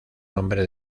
nombre